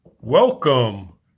Welcome